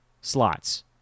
slots